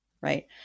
right